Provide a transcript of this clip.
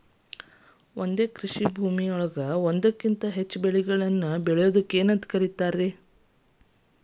ಒಂದೇ ಕೃಷಿ ಭೂಮಿಯಾಗ ಒಂದಕ್ಕಿಂತ ಹೆಚ್ಚು ಬೆಳೆಗಳನ್ನ ಬೆಳೆಯುವುದಕ್ಕ ಏನಂತ ಕರಿತಾರಿ?